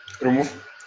remove